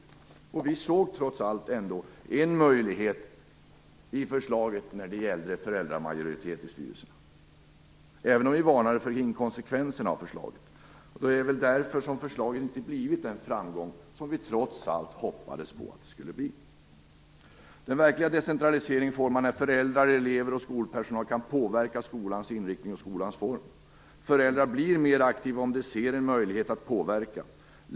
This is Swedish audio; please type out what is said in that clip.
Vi moderater såg trots allt en möjlighet i förslaget när det gällde föräldramajoritet i styrelserna, även om vi varnade för inkonsekvenserna av förslaget. Det är väl därför det inte har blivit den framgång man trots allt hoppades på att det skulle bli. Den verkliga decentraliseringen får man när föräldrar, elever och skolpersonal kan påverkas skolans inriktning och form. Föräldrar blir mer aktiva om de får en möjlighet att påverka.